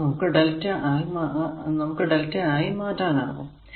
അത് നമുക്ക് lrmΔ ആയി മാറ്റാനാകും